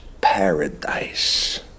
paradise